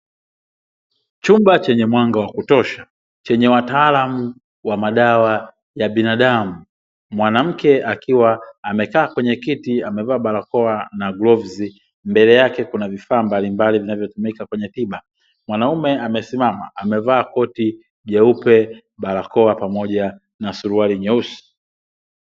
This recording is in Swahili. Chumba chenye mwanga wa kutosha chenye wataalaumu wa madawa ya binadamu, mwanamke akiwa amekaa kwenye kiti amevaa barakoa na glovzi mbele yake kuna vifaa mbalimbali vinavyotumika kwenye tiba. Mwanaume amesimama amevaa koti jeupe barakoa pamoja na suruali nyeusi.